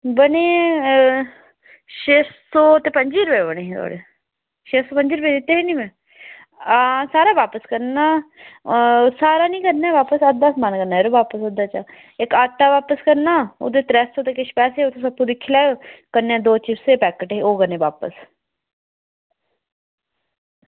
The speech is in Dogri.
ते बने हे छे सौ पंजी रपे बने हे होर छे सौ पंजी रपे दित्ते हे नी में आं सारा बापस करना सारा समान निं करना ऐ अद्धा बापस करना यरो ओह्दे चा इक्क आटा बापस करना ओह्दे त्रै सौ किश रपेआ होऐ ते स्लिप दिक्खी लैयो कन्नै चिपस दे पैकेट हे दो ओह् करने बापस